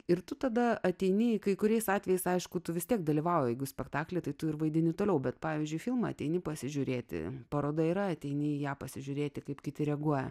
ir tu tada ateini kai kuriais atvejais aišku tu vis tiek dalyvauja jeigu spektaklį tai tu ir vaidini toliau bet pavyzdžiui filmą ateini pasižiūrėti paroda yra ateini į ją pasižiūrėti kaip kiti reaguoja